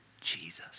Jesus